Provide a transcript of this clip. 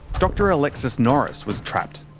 dr alexis norris was trapped,